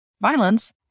violence